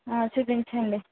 చూపించండి